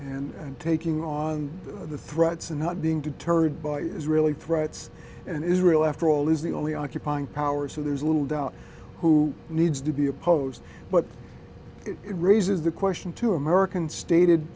and taking on the threats and not being deterred by israeli threats and israel after all is the only occupying power so there's little doubt who needs to be opposed but it raises the question to american stated